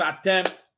attempt